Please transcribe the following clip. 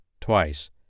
twice